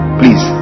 please